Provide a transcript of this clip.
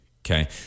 Okay